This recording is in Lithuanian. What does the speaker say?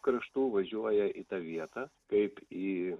kraštų važiuoja į tą vietą kaip į